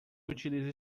utiliza